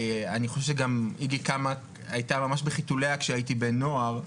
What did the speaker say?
ואני חושב שאיג"י הייתה ממש בחיתוליה כשהייתי בן נוער,